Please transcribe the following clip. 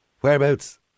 Whereabouts